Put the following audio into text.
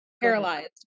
paralyzed